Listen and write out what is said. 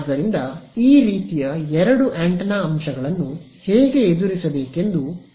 ಆದ್ದರಿಂದ ಈ ರೀತಿಯ ಎರಡು ಆಂಟೆನಾ ಅಂಶಗಳನ್ನು ಹೇಗೆ ಎದುರಿಸಬೇಕೆಂದು ಪೂರ್ಣಗೊಳಿಸುತ್ತದೆ